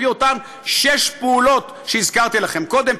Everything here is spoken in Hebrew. על-פי אותן שש פעולות שהזכרתי לכם קודם,